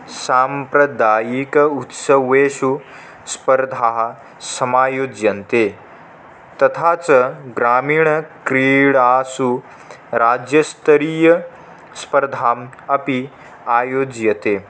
साम्प्रदायिक उत्सवेषु स्पर्धाः समायोज्यन्ते तथा च ग्रामीणक्रीडासु राज्यस्तरीयस्पर्धा अपि आयोज्यते